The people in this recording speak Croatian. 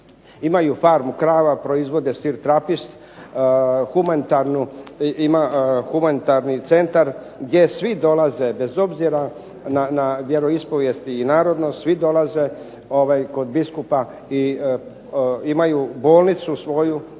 imaju farmu krava proizvode sir Trapist, humanitarni centar gdje svi dolaze bez obzira na vjeroispovijest i narodnost svi dolaze kod biskupa. Imaju svoju